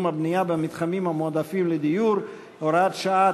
הבנייה במתחמים מועדפים לדיור (הוראת שעה),